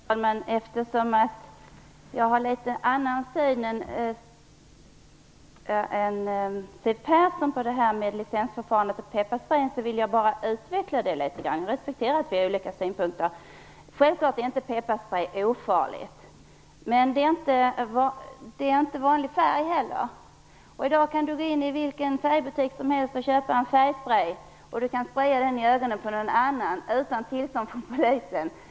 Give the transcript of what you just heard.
Herr talman! Eftersom jag har en annan syn än Siw Persson när det gäller licensförfarande för pepparsprej vill jag bara utveckla den. Jag respekterar att vi har olika synpunkter. Självfallet är inte pepparsprej ofarligt. Men det är inte heller vanlig färg. I dag kan man gå in i vilken färgbutik som helst och utan tillstånd från polisen köpa en sprejburk med färg som kan sprutas i ögonen på någon annan.